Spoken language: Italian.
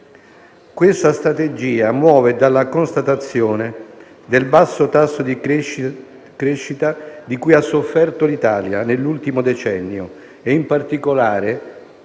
Questa strategia muove dalla constatazione del basso tasso di crescita di cui ha sofferto l'Italia nell'ultimo decennio e, in particolare,